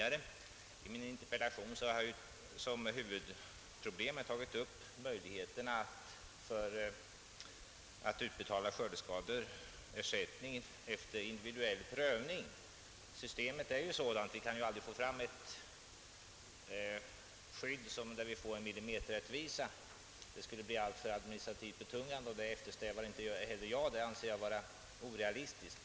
I min interpellation har jag som huvudproblem tagit upp möjligheterna att utbetala ersättning för skördeskador ef ter individuell prövning. Systemet är ju sådant. Vi kan aldrig nå fram till ett skydd med millimeterrättvisa, och det eftersträvar inte heller jag. Det är orealistiskt, och det skulle bli administrativt alltför betungande.